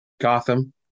Gotham